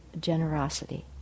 generosity